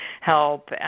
help